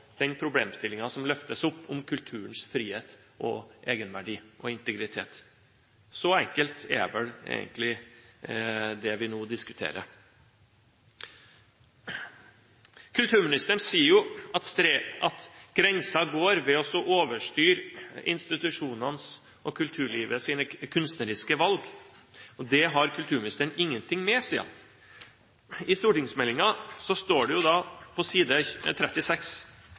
den problemstillingen som løftes opp – om kulturens frihet, egenverdi og integritet. Så enkelt er vel egentlig det vi nå diskuterer. Kulturministeren sier jo at grensen går ved å overstyre institusjonenes og kulturlivets kunstneriske valg. Det har kulturministeren ingenting med, sier hun. I stortingsmeldingen står det på side 36: